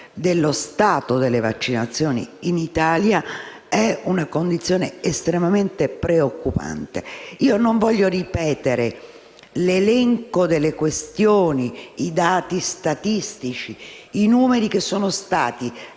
lo stato delle vaccinazioni in Italia è estremamente preoccupante. Non voglio ripetere l'elenco delle questioni, i dati statistici e i numeri, che sono stati